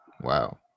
Wow